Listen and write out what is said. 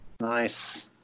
Nice